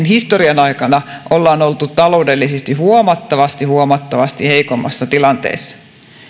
historian aikana ollaan oltu taloudellisesti huomattavasti huomattavasti heikommassa tilanteessa ja